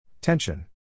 Tension